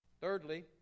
Thirdly